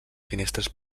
finestres